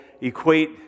equate